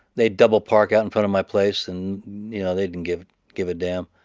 they'd double park out in front of my place, and they didn't give give a damn.